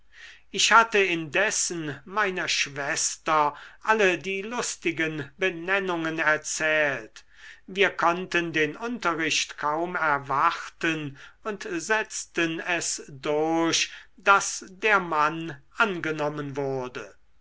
ich hatte indessen meiner schwester alle die lustigen benennungen erzählt wir konnten den unterricht kaum erwarten und setzten es durch daß der mann angenommen wurde